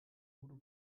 voodoo